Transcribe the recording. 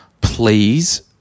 Please